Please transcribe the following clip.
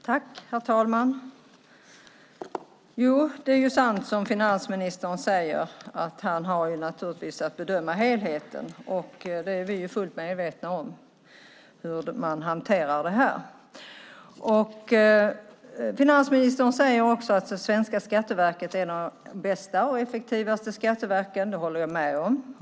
Herr talman! Ja, det är sant som finansministern säger, att han naturligtvis har att bedöma helheten, och vi är fullt medvetna om hur man hanterar det här. Finansministern säger också att svenska Skatteverket är ett av de bästa och effektivaste skatteverken. Det håller jag med om.